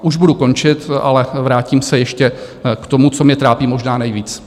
Už budu končit, ale vrátím se ještě k tomu, co mě trápí možná nejvíc.